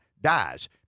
dies